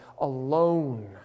alone